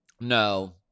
No